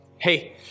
Hey